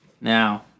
Now